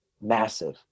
massive